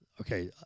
okay